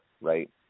right